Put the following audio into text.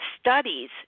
Studies